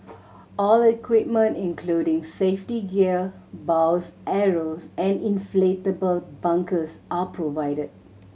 all equipment including safety gear bows arrows and inflatable bunkers are provided